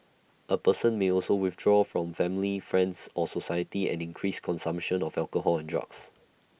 A person may also withdraw from family friends or society and increase consumption of alcohol and drugs